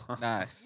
Nice